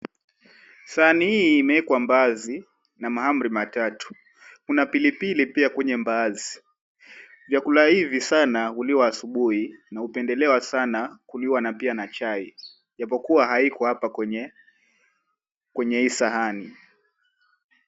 Sahani hii imeekwa mbaazi na mahamri matatu. Kuna pilipili pia kwenye mbaazi. Vyakula hivi sana huliwa asubuhi na hupendelewa sana kuliwa pia na chai, japo kuwa haiko hapa kwenye hii sahani.